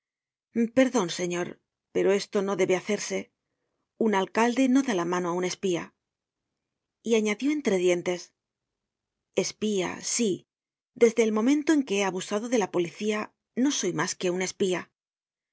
perdon señor pero esto no debe hacerse un alcalde no da la mano á un espía y añadió entre dientes espía sí desde el momento en que he abusado de la policía no soy mas que un espía